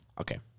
Okay